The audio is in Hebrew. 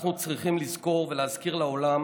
אנחנו צריכים לזכור ולהזכיר לעולם